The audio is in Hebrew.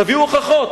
תביאו הוכחות,